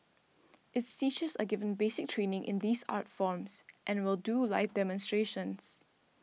its teachers are given basic training in these art forms and will do live demonstrations